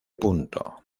punto